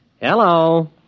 Hello